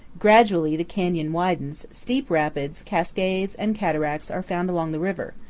gradually the canyon widens steep rapids, cascades, and cataracts are found along the river,